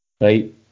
Right